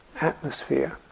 atmosphere